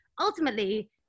Ultimately